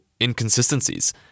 inconsistencies